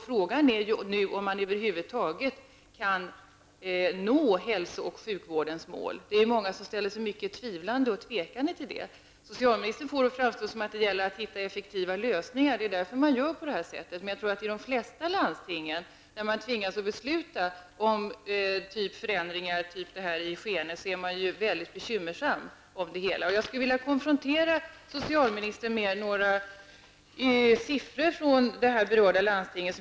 Frågan är nu om man över huvud taget kan nå hälso och sjukvårdens mål. Det är många som ställer sig mycket tvivlande. Socialministern får det att framstå som att det gäller att hitta effektiva lösningar. Det är därför som man gör på det här sättet. Jag tror att man i de flesta landsting där man tvingas besluta om sådana förändringar som de i Skene är mycket bekymrad. Jag skulle vilja konfrontera socialministern med några siffror från berörda landsting.